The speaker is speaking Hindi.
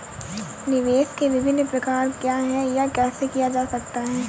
निवेश के विभिन्न प्रकार क्या हैं यह कैसे किया जा सकता है?